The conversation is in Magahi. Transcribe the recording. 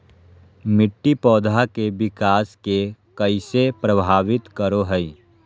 मिट्टी पौधा के विकास के कइसे प्रभावित करो हइ?